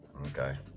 Okay